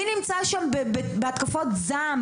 מי נמצא שם בהתקפות זעם,